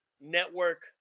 network